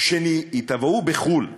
שייתבעו בחו"ל